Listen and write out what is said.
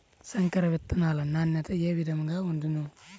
సంకర విత్తనాల నాణ్యత ఏ విధముగా ఉండును?